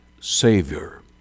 Savior